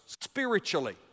spiritually